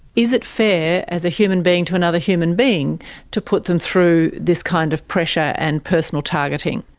is it fair as a human being to another human being to put them through this kind of pressure and personal targeting?